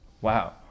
Wow